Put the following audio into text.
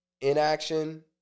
Inaction